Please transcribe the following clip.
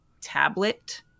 tablet